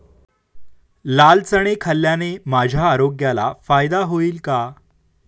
लाल चणे खाल्ल्याने माझ्या आरोग्याला फायदा होईल का?